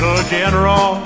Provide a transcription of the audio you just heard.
General